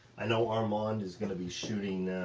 i know armand is gonna be shooting,